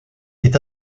est